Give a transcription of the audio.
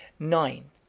nine.